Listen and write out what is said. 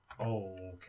Okay